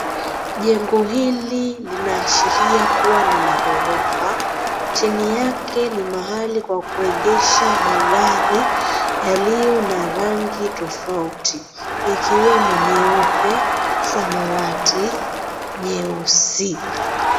Jengo hili linaashiria kuwa ni la ghorofa, chini yake ni mahali ya kuegesha magari yaliyo na rangi tofauti ikiwemo nyeupe, samawati, nyeusi.